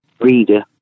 reader